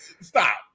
Stop